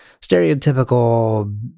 stereotypical